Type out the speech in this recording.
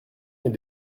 mais